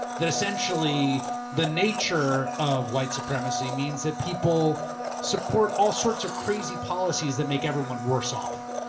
that essentially the nature of white supremacy means that people support all sorts of crazy policies that make everyone worse off,